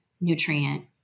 nutrient